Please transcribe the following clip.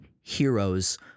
heroes—